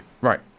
right